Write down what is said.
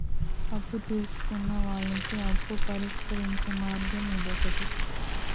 అప్పు తీసుకున్న వాళ్ళకి అప్పు పరిష్కరించే మార్గం ఇదొకటి